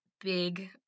big